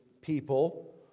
people